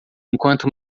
enquanto